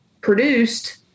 produced